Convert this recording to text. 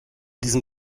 diesem